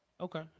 Okay